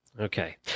Okay